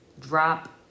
Drop